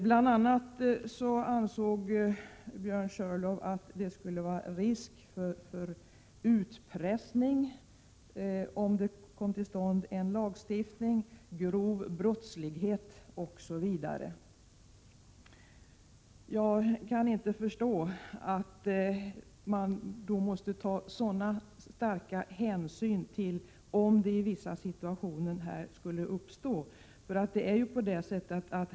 Björn Körlof ansåg bl.a. att det skulle vara en risk för utpressning, grov brottslighet osv. om det kom till stånd en lagstiftning. Jag kan inte förstå att man måste ta sådana starka hänsyn till om detta i vissa situationer skulle uppstå.